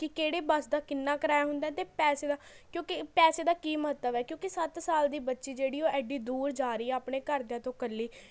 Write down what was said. ਕਿ ਕਿਹੜੇ ਬੱਸ ਦਾ ਕਿੰਨਾਂ ਕਿਰਾਇਆ ਹੁੰਦਾ ਅਤੇ ਪੈਸੇ ਦਾ ਕਿਉਂਕਿ ਪੈਸੇ ਦਾ ਕੀ ਮਹੱਤਵ ਹੈ ਕਿਉਂਕਿ ਸੱਤ ਸਾਲ ਦੀ ਬੱਚੀ ਜਿਹੜੀ ਓਹ ਐਡੀ ਦੂਰ ਜਾ ਰਹੀ ਹੈ ਆਪਣੇ ਘਰ ਦਿਆਂ ਤੋਂ ਇਕੱਲੀ